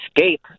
escape